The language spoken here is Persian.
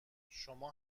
شمام